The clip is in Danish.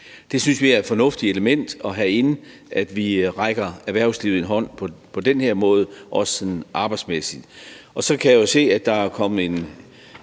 Vi synes, det er et fornuftigt element at have med inde, at vi rækker erhvervslivet en hånd på den her måde, også sådan arbejdsmæssigt. Så kan jeg jo se, at der – undskyld